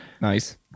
Nice